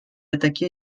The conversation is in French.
attaqué